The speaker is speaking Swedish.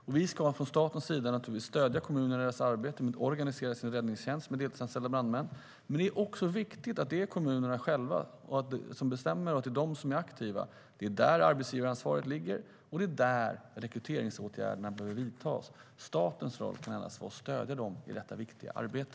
Vi ska från statens sida naturligtvis stödja kommunerna i deras arbete med att organisera sin räddningstjänst med deltidsanställda brandmän. Det viktiga är att det är kommunerna själva som bestämmer och är aktiva. Det är där arbetsgivaransvaret ligger, och det är där rekryteringsåtgärderna behöver vidtas. Statens roll kan endast vara att stödja kommunerna i detta viktiga arbete.